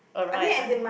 alright